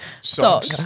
Socks